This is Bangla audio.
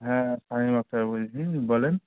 হ্যাঁ সাহেব আখতার বলছি বলেন